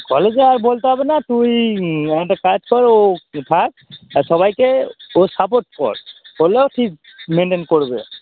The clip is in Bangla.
কলেজে আর বলতে হবে না তুই একটা কাজ কর ও থাক আর সবাইকে ওর সাপোর্ট কর হলে ও ঠিক মেনটেন করবে